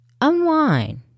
unwind